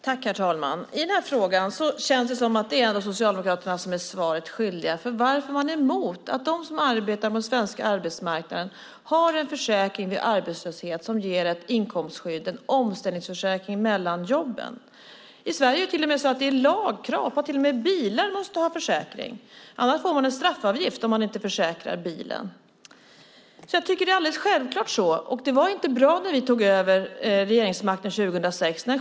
Herr talman! I den här frågan känns det ändå som om det är Socialdemokraterna som är svaret skyldiga när det gäller varför man är emot att de som arbetar på den svenska arbetsmarknaden har en försäkring som ger ett inkomstskydd vid arbetslöshet, det vill säga en omställningsförsäkring mellan jobben. I Sverige är det till och med så att det är lagkrav på att bilar måste ha en försäkring. Man får betala en straffavgift om man inte försäkrar bilen. Det var inte bra att 700 000 människor inte var med i a-kassan när vi tog över regeringsmakten 2006.